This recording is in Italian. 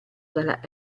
dalla